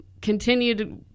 continued